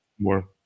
more